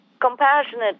compassionate